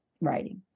writing